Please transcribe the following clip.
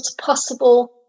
possible